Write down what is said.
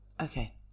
Okay